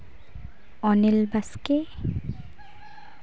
Anil Baske